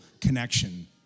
connection